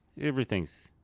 everything's